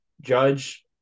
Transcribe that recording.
Judge